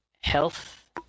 health